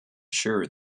sure